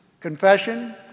confession